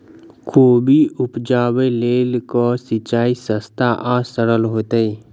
कोबी उपजाबे लेल केँ सिंचाई सस्ता आ सरल हेतइ?